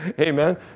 Amen